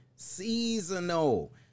seasonal